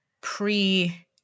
pre